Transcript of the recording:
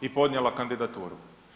i podnijela kandidaturu.